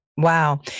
Wow